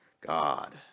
God